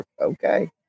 Okay